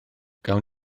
gawn